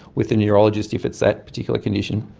with the neurologist if it's that particular condition,